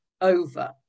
over